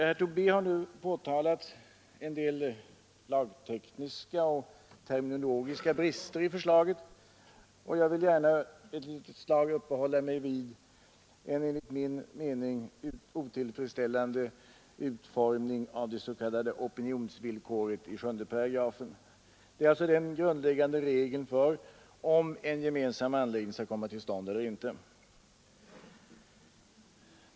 Herr Tobé har här påtalat en del lagtekniska och terminologiska brister i förslaget, och jag vill gärna en liten stund uppehålla mig vid en enligt min mening otillfredsställande utformning av det s.k. opinionsvillkoret i 7 §, dvs. den grundläggande regeln för om en gemensam anläggning skall komma till stånd eller ej.